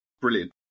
brilliant